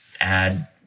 add